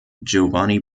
giovanni